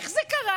איך זה קרה?